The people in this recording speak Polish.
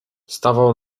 stawał